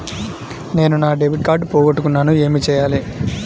నేను నా debit card పోగొట్టుకున్నాను ఏమి చేయాలి?